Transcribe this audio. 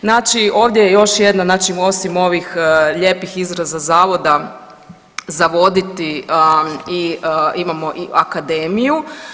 Znači ovdje je još jedna znači osim ovih lijepih izraza zavoda, za voditi imamo i akademiju.